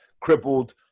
crippled